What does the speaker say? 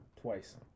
twice